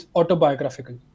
autobiographical